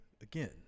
again